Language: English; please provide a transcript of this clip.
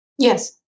Yes